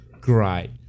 Great